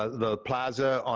the plaza, um